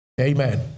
Amen